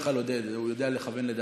הילה שי וזאן ומיכל שיר סגמן.